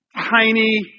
tiny